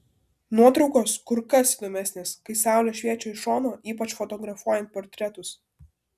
nuotraukos kur kas įdomesnės kai saulė šviečia iš šono ypač fotografuojant portretus